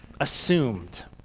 assumed